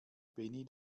benny